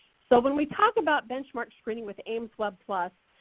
so when we talk about benchmark screening with aimswebplus,